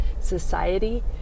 society